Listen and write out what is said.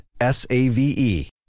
S-A-V-E